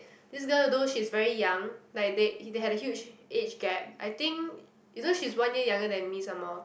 this girl though she's very young like they he had a huge age gap I think you know she's one year younger than me somemore